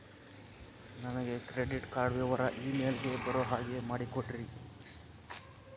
ನನಗೆ credit card ವಿವರ email ಗೆ ಬರೋ ಹಾಗೆ ಮಾಡಿಕೊಡ್ರಿ?